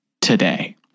today